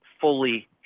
fully